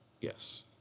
Yes